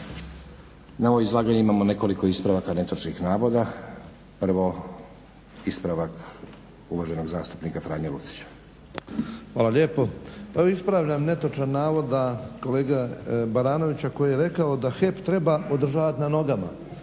Na ovo izlaganje imamo nekoliko ispravaka netočnih navoda. Prvo, ispravak uvaženog zastupnika Franje Lucića. **Lucić, Franjo (HDZ)** Hvala lijepo. Evo ispravljam netočan navod kolege Baranovića koji je rekao da HEP treba održavati na nogama.